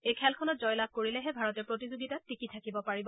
এই খেলখনত জয়লাভ কৰিলেহে ভাৰতে প্ৰতিযোগিতাত টিকি থাকিব পাৰিব